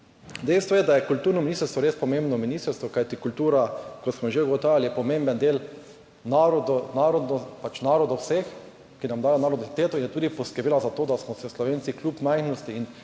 Dejstvo je, da je kulturno ministrstvo res pomembno ministrstvo, kajti kultura, kot smo že ugotavljali, je pomemben del narodov, ki nam dajo na identiteto. In tudi poskrbela za to, da smo se Slovenci kljub majhnosti in